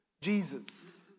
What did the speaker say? Jesus